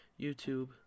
YouTube